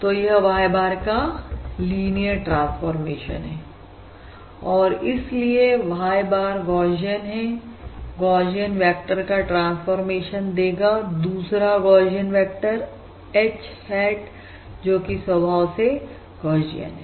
तो यह Y bar का लिनियर ट्रांसफॉरमेशन है और इसलिए Y bar गौशियन है गौशियन वेक्टर का ट्रांसफॉर्मेशन देगा दूसरा गौशियन वेक्टर H hat जोकि स्वभाव से गौशियन है